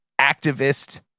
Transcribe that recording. activist